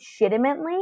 legitimately